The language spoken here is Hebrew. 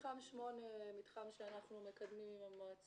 מתחם 8, מתחם שאנחנו מקדמים עם המועצה.